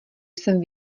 jsem